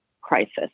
crisis